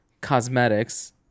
cosmetics